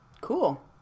Cool